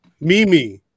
Mimi